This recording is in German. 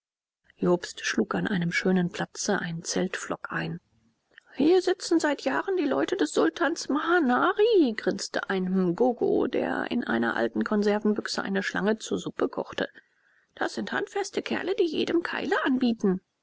jobst schlug an einem schönen platze einen zeltpflock ein hier sitzen seit jahren die leute des sultans mahanari grinste ein mgogo der in einer alten konservenbüchse eine schlange zu suppe kochte das sind handfeste kerle die jedem keile anbieten